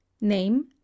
name